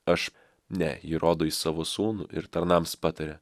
aš ne ji rodo į savo sūnų ir tarnams pataria